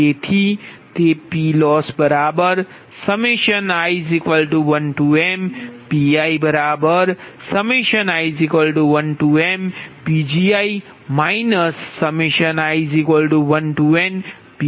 તેથી તે PLossi1mPii1mPgi i1nPLi છે